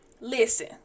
Listen